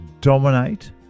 dominate